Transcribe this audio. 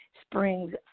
Springs